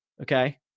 Okay